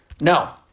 No